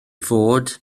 fod